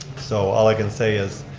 so, all i can say is,